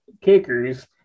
kickers